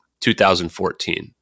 2014